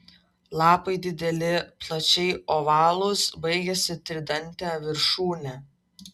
lapai dideli plačiai ovalūs baigiasi tridante viršūne